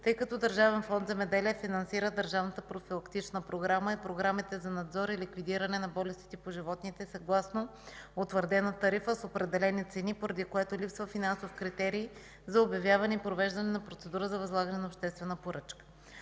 тъй като Държавен фонд „Земеделие” финансира държавната профилактична програма и програмите за надзор и ликвидиране на болестите по животните съгласно утвърдената тарифа с определени цени, поради което липсва финансов критерий за обявяване и провеждане процедура за възлагане на обществена поръчка.